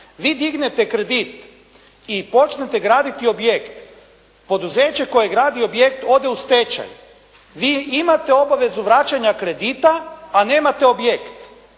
Vi dignete kredit i počnete graditi objekt, poduzeće koje gradi objekt ode u stečaj, vi imate obavezu vraćanja kredita a nemate objekt.